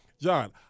John